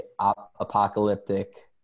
apocalyptic